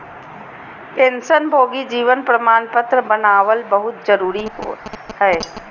पेंशनभोगी जीवन प्रमाण पत्र बनाबल बहुत जरुरी हइ